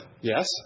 yes